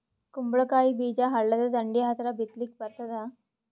ಕುಂಬಳಕಾಯಿ ಬೀಜ ಹಳ್ಳದ ದಂಡಿ ಹತ್ರಾ ಬಿತ್ಲಿಕ ಬರತಾದ?